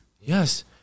yes